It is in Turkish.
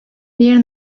bir